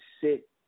sit